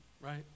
Right